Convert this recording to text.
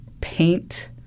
paint